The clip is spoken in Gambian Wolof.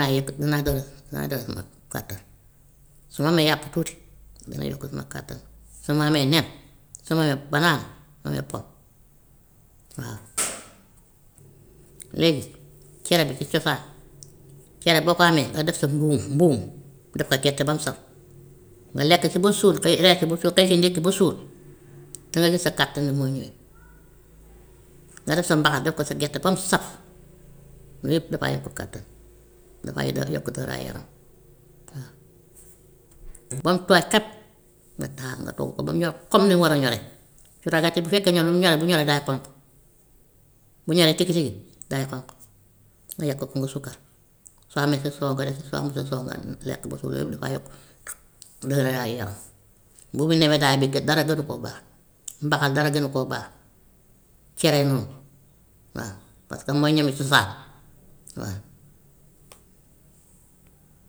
Naay lekk na jox na jos ma kattan, su ma amee yàpp tuuti dana yokk suma kattan, su ma amee nen, su ma amee banaana, su ma amee pom, waaw. Léegi cere bi si cosaan, cere boo ko amee nga def sa mbuum mbuum def ko gerte ba mu saf nga lekk ci ba suur, xëy lekk ba suur, xëy si ndékki ba suur dinga gis sa kattan ni muy ñëwee. Nga def sa mbaxal, def ko sa gerte ba mu saf, loolu yëpp dafay yokk kattan dafay day yokk taaraayu yaram waa. ba mu tooy xepp nga taal nga togg ko ba mu ñor comme ni mu war a ñoree cuuraay gerte bu fekkee ñoom ni mu ñoree bu ñoree day xonk, bu ñoree tiki tigi day xonk, nga yekk ko nga sukka, soo amee sa soow nga def si, soo amut sa soow nga lekk ba suur, yooyu yëpp dafay yokk dëgeraayu yaram. Mbuumi nebedaay bi de dara gënu koo baax, mbaxal dara gënu koo baax, cere noonu, waa, parce que mooy ñami cosaan waa.